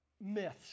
myths